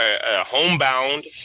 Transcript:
homebound